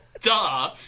Duh